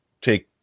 take